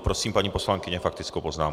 Prosím, paní poslankyně, faktickou poznámku.